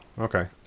okay